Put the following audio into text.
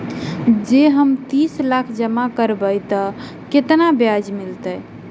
जँ हम तीस लाख जमा करबै तऽ केतना ब्याज मिलतै?